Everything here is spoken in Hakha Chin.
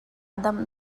dam